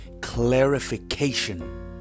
clarification